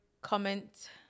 comment